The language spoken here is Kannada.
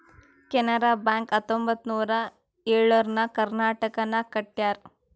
ಕೆನರಾ ಬ್ಯಾಂಕ್ ಹತ್ತೊಂಬತ್ತ್ ನೂರಾ ಎಳುರ್ನಾಗ್ ಕರ್ನಾಟಕನಾಗ್ ಕಟ್ಯಾರ್